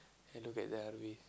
and look at the other way